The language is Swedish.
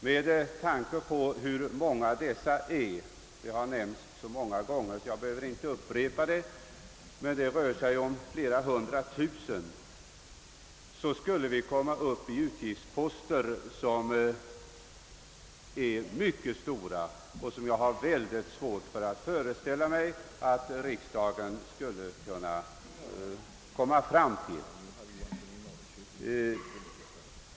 Med tanke på hur många dessa är — det har nämnts så många gånger, att jag inte behöver upprepa det; det rör sig om flera hundra tusen aktiva — skulle vi komma upp i utgiftsposter som är mycket stora och som jag har svårt att föreställa mig att riksdagen skulle kunna ställa till frivilligorganisationernas förfogande.